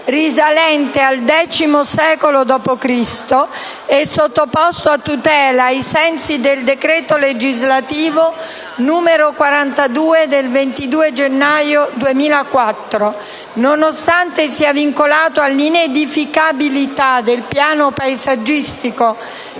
risalente al X secolo d.C. e sottoposto a tutela ai sensi del decreto legislativo 22 gennaio 2004, n. 42. Nonostante sia vincolata all'inedificabilità dal piano paesaggistico